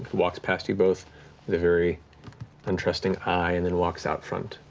walks past you both very interesting eye and then walks out front.